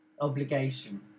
obligation